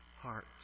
heart